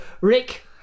Rick